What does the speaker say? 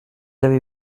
avez